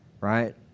right